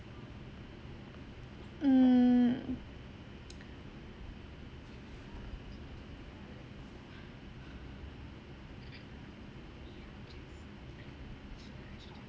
mm